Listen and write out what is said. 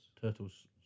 Turtles